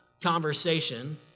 conversation